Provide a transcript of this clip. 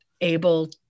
able